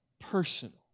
personal